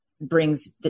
brings